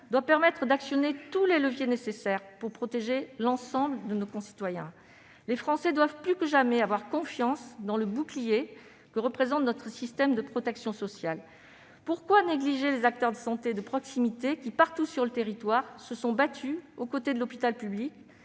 doit permettre d'actionner tous les leviers nécessaires pour protéger l'ensemble de nos concitoyens. Les Français doivent plus que jamais avoir confiance dans le bouclier que représente notre système de protection sociale. Pourquoi négliger les acteurs de santé de proximité qui, partout sur le territoire, se sont battus aux côtés de l'hôpital public